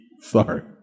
Sorry